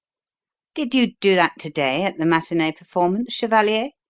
did you do that to-day at the matinee performance, chevalier?